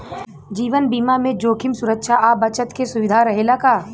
जीवन बीमा में जोखिम सुरक्षा आ बचत के सुविधा रहेला का?